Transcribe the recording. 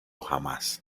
jamás